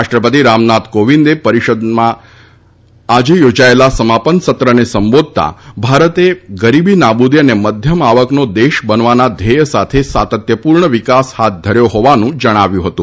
રાષ્ટ્રપતિ રામનાથ કોવિંદે પરિષદના આજે યોજાયેલા સમાપન સત્રને સંબોધતાં ભારતે ગરીબી નાબૂદી અને મધ્યમ આવકનો દેશ બનવાના ધ્યેય સાથે સાતત્યપૂર્ણ વિકાસ હાથ ધર્યો હોવાનું જણાવ્યું હતું